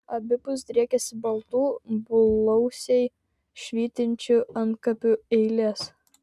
abipus driekėsi baltų blausiai švytinčių antkapių eilės